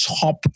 top